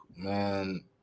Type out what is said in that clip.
man